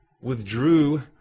withdrew